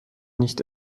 nicht